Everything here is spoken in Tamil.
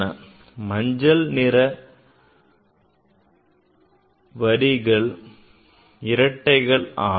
ஆனால் மஞ்சள் நிற வரிகள் இரட்டைகள் ஆகும்